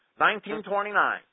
1929